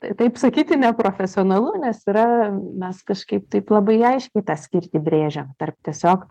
tai taip sakyti neprofesionalu nes yra mes kažkaip taip labai aiškiai tą skirtį brėžiam tarp tiesiog